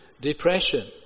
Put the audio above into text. depression